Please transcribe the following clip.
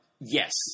Yes